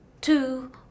two